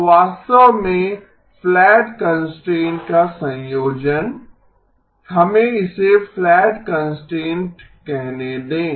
तो वास्तव में फ्लैट कंस्ट्रेंट का संयोजन हमें इसे फ्लैटनेस कंस्ट्रेंट कहने दें